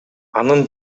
анын